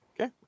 Okay